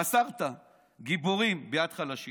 "מסרת גיבורים ביד חלשים,